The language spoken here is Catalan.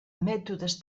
mètodes